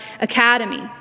Academy